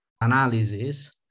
analysis